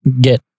get